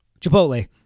Chipotle